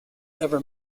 ever